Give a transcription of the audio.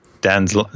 Dan's